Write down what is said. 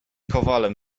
kowalem